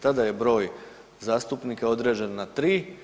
Tada je broj zastupnika određen na tri.